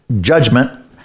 judgment